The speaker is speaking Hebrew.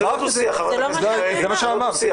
זה לא מה שנאמר.